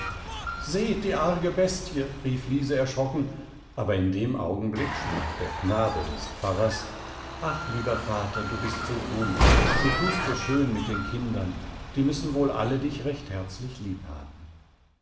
seht die arge bestie rief liese erschrocken aber in dem augenblick sprach der knabe des pfarrers ach lieber vater du bist so gut du tust so schön mit den kindern die müssen wohl alle dich recht herzlich lieb haben